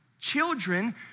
Children